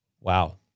Wow